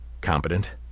competent